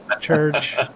church